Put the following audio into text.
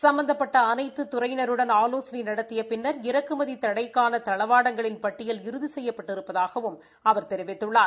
சும்பந்தப்பட்ட அனைத்து துறையினருடன் ஆலோசனை நடத்திய பின்னர் இறக்குமதி தடைக்கான தளவாடங்களின் பட்டியல் இறுதி செய்யப்பட்டிருப்பதாகவும் அவர் கூறியுள்ளார்